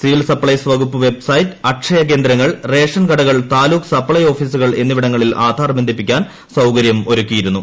civil supplies വകുപ്പ് website Akshaya കേന്ദ്രങ്ങൾ ration കടകൾ താലൂക്ക് സപ്ലൈ ഓഫീസുകൾ എന്നിവിടങ്ങളിൽ ആധാർ ബന്ധിപ്പിക്കാൻ സൌകര്യമൊരുക്കിയിരുന്നു